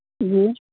جی